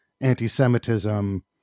anti-Semitism